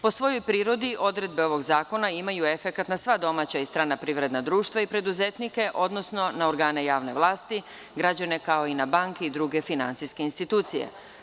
Po svojoj prirodi odredbe ovog zakona imaju efekat na sva domaća i privredna društva i preduzetnike, odnosno na organe javne vlasti, građane, kao i na banke i druge finansijske institucije.